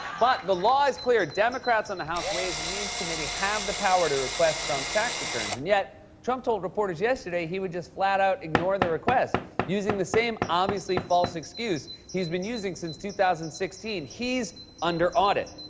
but the law is clear. democrats on the house ways and means committee have the power to request trump's tax returns. and yet trump told reporters yesterday he would just flat out ignore the request using the same obviously false excuse he's been using since two thousand and sixteen he's under audit.